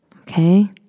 okay